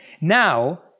Now